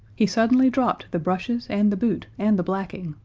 he suddenly dropped the brushes and the boot and the blacking,